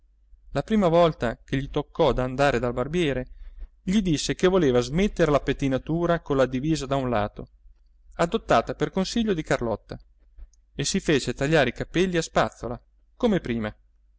la prima volta che gli toccò d'andare dal barbiere gli disse che voleva smettere la pettinatura con la divisa da un lato adottata per consiglio di carlotta e si fece tagliare i capelli a spazzola come prima